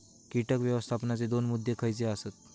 कीटक व्यवस्थापनाचे दोन मुद्दे खयचे आसत?